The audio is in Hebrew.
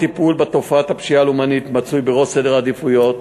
הטיפול בתופעת הפשיעה הלאומנית מצוי בראש סדר העדיפויות.